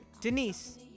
Denise